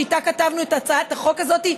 שאיתה כתבנו את הצעת החוק הזאת,